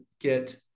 get